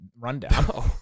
rundown